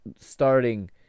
starting